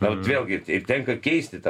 bet vėlgi tenka keisti tą